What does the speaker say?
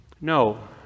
No